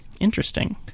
Interesting